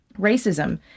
racism